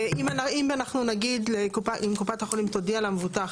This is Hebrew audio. ואם קופת חולים תודיע למבוטח,